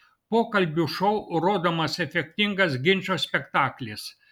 pokalbių šou rodomas efektingas ginčo spektaklis